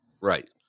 Right